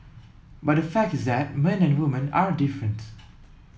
but the fact is that men and woman are different